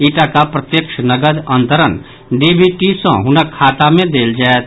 ई टाका प्रत्यक्ष नगद अंतरण डीबीटी सॅ हुनक खाता मे देल जायत